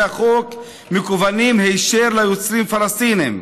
החוק מכוונים היישר ליוצרים פלסטינים.